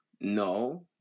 no